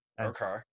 okay